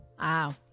Wow